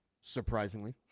surprisingly